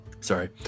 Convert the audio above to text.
Sorry